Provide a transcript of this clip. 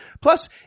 Plus